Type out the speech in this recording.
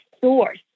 source